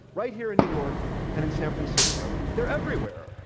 right here in new york and in san francisco. they're everywhere.